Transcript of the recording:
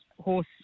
horse